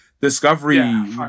Discovery